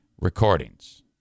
Recordings